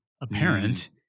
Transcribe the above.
apparent